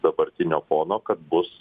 dabartinio pono kad bus